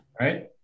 Right